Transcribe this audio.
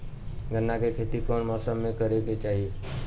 गन्ना के खेती कौना मौसम में करेके चाही?